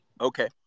Okay